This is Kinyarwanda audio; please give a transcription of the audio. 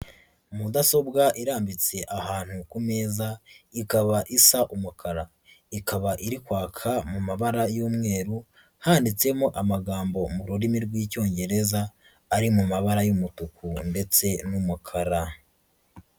Mudasobwa irambitse ahantu ku meza, ikaba isa umukara. Ikaba iri kwaka mu mabara y'umweru, handitsemo amagambo mu rurimi rw'Icyongereza ari mu mabara y'umutuku ndetse n'umukara.